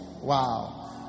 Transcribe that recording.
Wow